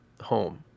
home